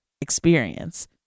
experience